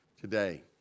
Today